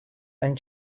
and